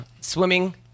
swimming